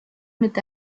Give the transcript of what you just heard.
mit